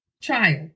child